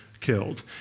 killed